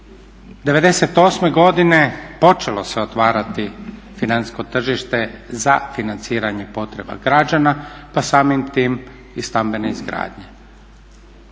'98. godine počelo se otvarati financijsko tržište za financiranje potreba građana pa samim time i stambene izgradnje.